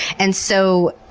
and so,